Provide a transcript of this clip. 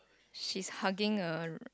she's hugging a